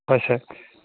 হয় ছাৰ